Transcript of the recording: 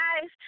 guys